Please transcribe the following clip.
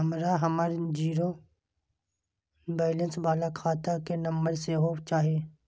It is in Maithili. हमरा हमर जीरो बैलेंस बाला खाता के नम्बर सेहो चाही